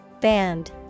Band